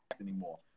anymore